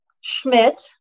Schmidt